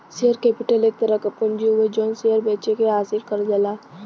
share capital एक तरह क पूंजी हउवे जौन शेयर बेचके हासिल करल जाला